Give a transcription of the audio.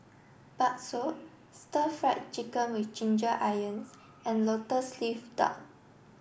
Bakso Stir Fried Chicken with Ginger Onions and Lotus Leaf Duck